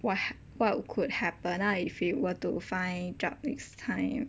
what what could happen ah if we were to find job next time